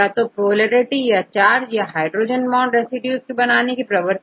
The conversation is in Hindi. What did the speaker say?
या तो पोलैरिटी या चार्ज या हाइड्रोजन बॉन्ड रेसिड्यू के साथ बनाने की प्रवृत्ति